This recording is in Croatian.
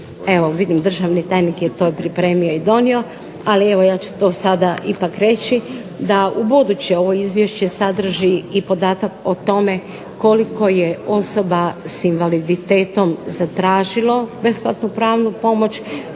evo vidim državni tajnik je to pripremio i donio, ali evo ja ću to sada ipak reći, da ubuduće ovo izvješće sadrži i podatak o tome koliko je osoba s invaliditetom zatražilo besplatnu pravnu pomoć,